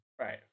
Right